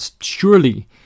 surely